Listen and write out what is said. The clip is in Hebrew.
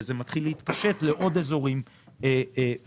וזה מתחיל להתפשט לעוד אזורים במשק,